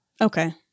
Okay